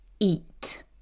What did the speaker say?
eat